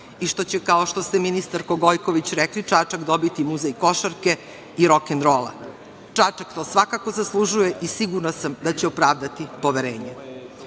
i što će, kao što ste ministarko Gojković rekli, Čačak dobiti muzej košarke i rokenrola. Čačak to svakako zaslužuje i sigurna sam da će opravdati poverenje. Sve